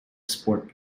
sport